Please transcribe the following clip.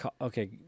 okay